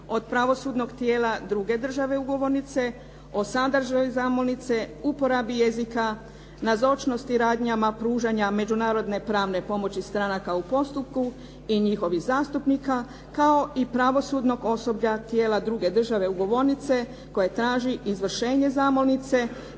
od pravosudnog tijela druge države ugovornice, o sadržaju zamolnice, uporabi jezika, nazočnosti radnjama pružanja međunarodne pravne pomoći stranaka u postupku i njihovih zastupnika kao i pravosudnog osoblja tijela druge države ugovornice koja traži izvršenje zamolnice,